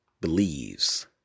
believes